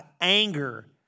anger